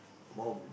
more